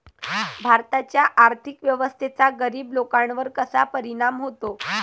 भारताच्या आर्थिक व्यवस्थेचा गरीब लोकांवर कसा परिणाम होतो?